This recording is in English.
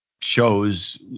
shows